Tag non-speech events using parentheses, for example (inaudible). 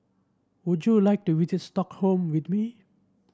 would you like to (unintelligible) Stockholm with me